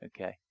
okay